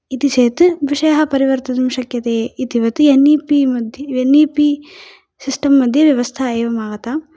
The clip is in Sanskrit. इति चेत् विषयः परिवर्तयितुं शक्यते इति वत् एन् ई पी मध्ये एन् ई पी सिस्टम् मध्ये व्यवस्था एवं आगता